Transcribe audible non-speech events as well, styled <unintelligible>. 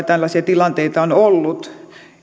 <unintelligible> tällaisia tilanteita on ollut